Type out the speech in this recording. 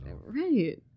Right